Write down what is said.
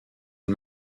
and